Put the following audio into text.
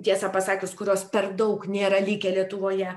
tiesą pasakius kurios per daug nėra likę lietuvoje